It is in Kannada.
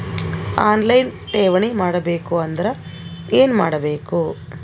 ಆನ್ ಲೈನ್ ಠೇವಣಿ ಮಾಡಬೇಕು ಅಂದರ ಏನ ಮಾಡಬೇಕು?